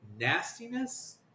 nastiness